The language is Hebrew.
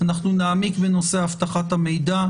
אנחנו נעמיק בנושא אבטחת המידע,